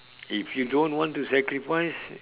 if you don't want to sacrifice